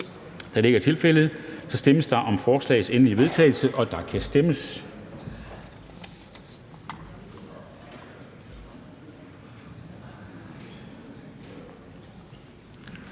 Dam Kristensen): Der stemmes om forslagets endelige vedtagelse, og der kan stemmes.